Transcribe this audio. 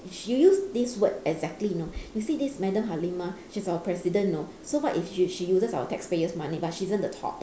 she used this word exactly you know you see this madam halimah she's our president you know so what if she she uses our taxpayer's money but she isn't the top